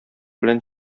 белән